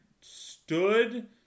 stood